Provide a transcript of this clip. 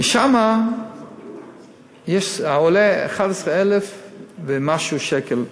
ושם עולה 11,000 ומשהו שקל לחודש.